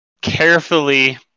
carefully